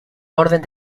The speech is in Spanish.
orden